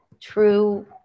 true